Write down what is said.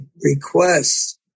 requests